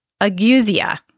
Agusia